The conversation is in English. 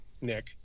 Nick